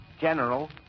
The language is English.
General